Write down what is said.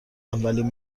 اولین